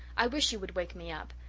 i wish you would wake me up.